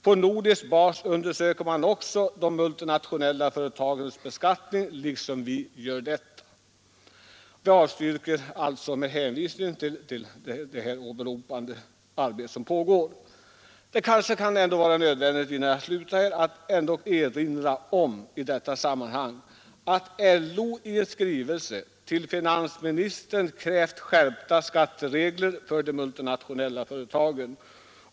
På nordisk bas undersöker man också de multinationella företagens beskattning — liksom också vi gör. Utskottet avstyrker alltså med hänvisning till det arbete som pågår. Det kan även i detta sammanhang vara nödvändigt att erinra om att LO i en skrivelse till finansministern krävt skärpta skatteregler för de multinationella företagen.